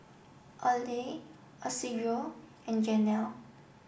Oley Isidro and Janel